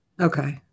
Okay